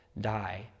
die